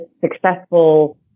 successful